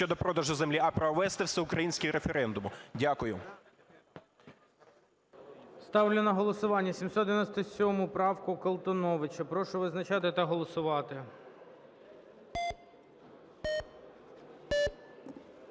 щодо продажу землі, а провести всеукраїнський референдум. Дякую. ГОЛОВУЮЧИЙ. Ставлю на голосування 797 правку Колтуновича. Прошу визначатись та голосувати.